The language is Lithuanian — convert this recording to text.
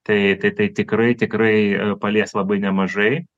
tai tai tai tikrai tikrai palies labai nemažai